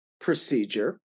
procedure